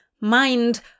mind